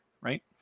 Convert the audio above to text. right